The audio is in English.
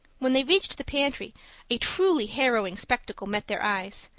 when they reached the pantry a truly harrowing spectacle met their eyes.